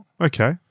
Okay